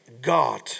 God